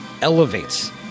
elevates